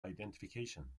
identification